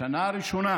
בשנה הראשונה